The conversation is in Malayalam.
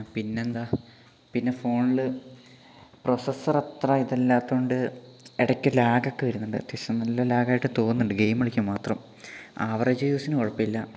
പിന്നെന്താ പിന്നെ ഫോണില് പ്രൊസസ്സർ അത്ര ഇതല്ലാത്തോണ്ട് ഇടയ്ക്ക് ലാഗൊക്കെ വരുന്നുണ്ട് അത്യാവശ്യം നല്ല ലാഗായിട്ട് തോന്നുന്നുണ്ട് ഗെയിമ് കളിക്കുമ്പം മാത്രം ആവറേജ് യൂസിന് കുഴപ്പമില്ല്